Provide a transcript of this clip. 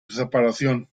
separación